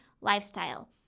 lifestyle